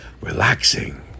relaxing